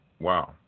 Wow